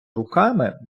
руками